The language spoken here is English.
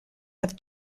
have